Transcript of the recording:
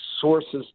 sources